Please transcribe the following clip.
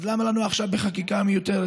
אז למה לנו עכשיו חקיקה מיותרת?